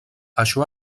això